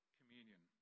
communion